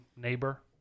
neighbor